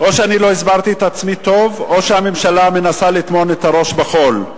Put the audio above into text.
או שאני לא הסברתי את עצמי טוב או שהממשלה מנסה לטמון את הראש בחול.